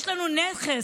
יש לנו נכס.